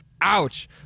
Ouch